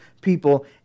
people